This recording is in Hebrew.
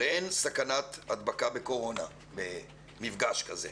הרי אין סכנת הדבקה בקורונה במפגש שכזה,